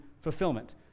fulfillment